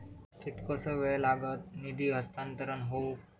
कितकोसो वेळ लागत निधी हस्तांतरण हौक?